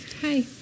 Hi